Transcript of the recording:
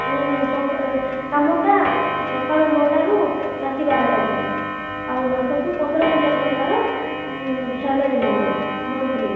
ସକା କାମଟା ସକାଳ ନଅଟାରୁ ରାତି ବାରଟା ଯାଏଁ ଆଉ ମାସକୁ ପନ୍ଦର ହଜାର ଟଙ୍କାର ସାଲାରୀ ମିଳିବ ମନ୍ଥଲି